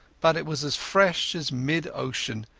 but it was as fresh as mid-ocean,